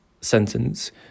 sentence